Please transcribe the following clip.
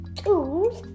tools